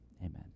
amen